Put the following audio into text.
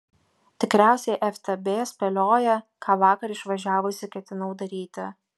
tikriausiai ftb spėlioja ką vakar išvažiavusi ketinau daryti